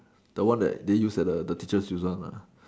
the one that they use at the teachers use one lah